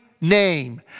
name